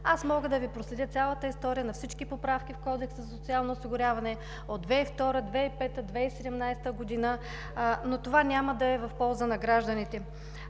Аз мога да Ви проследя цялата история на всички поправки в Кодекса за социално осигуряване от 2002-а, 2005-а, 2017 г., но това няма да е в полза на гражданите.